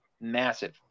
massive